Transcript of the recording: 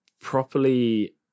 properly